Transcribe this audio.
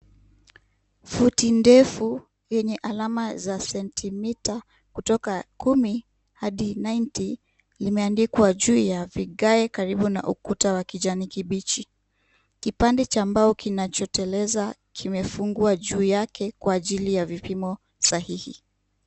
Futi ndefu yenye alama za sentimita kutoka kumi hadi ninety limeandikwa juu ya vigae karibu na ukuta wa kijani kibichi. Kipande cha mbao kinachoteleza kimefungwa juu yake kwa ajili ya vipimo sahihi.